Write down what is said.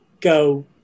go